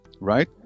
right